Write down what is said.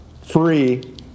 free